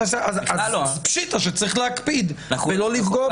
אז פשיטא שצריך להקפיד ולא לפגוע.